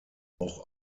auch